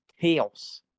chaos